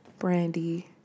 Brandy